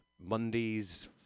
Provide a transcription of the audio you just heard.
Mondays